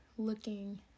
looking